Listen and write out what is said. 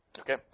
Okay